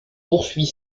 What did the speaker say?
poursuit